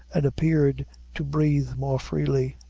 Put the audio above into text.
and appeared to breathe more freely.